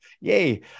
Yay